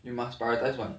you must prioritise one